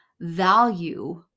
value